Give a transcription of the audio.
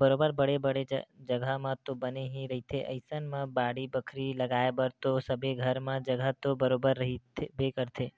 बरोबर बड़े बड़े जघा म तो बने ही रहिथे अइसन म बाड़ी बखरी लगाय बर तो सबे घर म जघा तो बरोबर रहिबे करथे